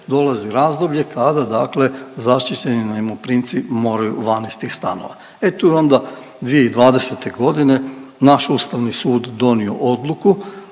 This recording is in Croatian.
razdoblje kada, dakle zaštićeni najmoprimci moraju van iz tih stanova. E tu je onda 2020. godine naš Ustavni sud donio odluku